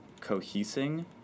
cohesing